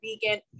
vegan